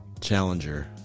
challenger